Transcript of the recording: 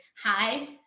hi